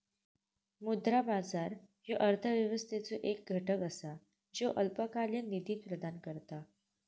मुद्रा बाजार ह्यो अर्थव्यवस्थेचो एक घटक असा ज्यो अल्पकालीन निधी प्रदान करता